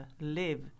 live